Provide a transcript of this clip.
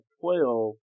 Twelve